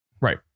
Right